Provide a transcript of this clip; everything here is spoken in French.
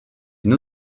une